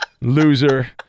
Loser